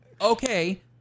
okay